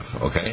Okay